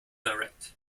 direct